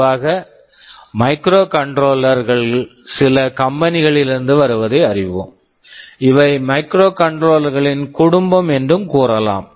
பொதுவாக microcontroller microcontroller கள் சில கம்பெனி company களிலிருந்து வருவதை அறிவோம் இவை மைக்ரோகண்ட்ரோலர் microcontroller களின் குடும்பம் என்று கூறலாம்